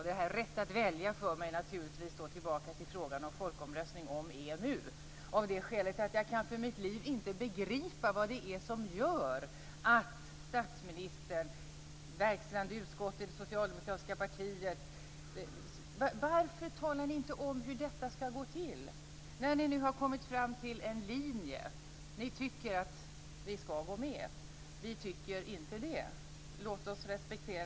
Detta med rätt att välja för mig naturligtvis tillbaka till frågan om en folkomröstning om EMU, av det skälet att jag för mitt liv inte kan begripa vad det är som gör att statsministern och verkställande utskottet i det socialdemokratiska partiet inte talar om hur detta ska gå till. Ni har nu kommit fram till den linjen att ni tycker att vi ska gå med. Vi tycker inte det. Låt oss respektera det.